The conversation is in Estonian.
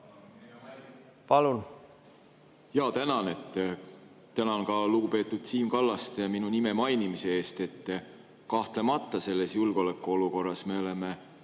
Palun! Jaa, tänan! Tänan ka lugupeetud Siim Kallast minu nime mainimise eest! Kahtlemata selles julgeolekuolukorras me oleme